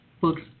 books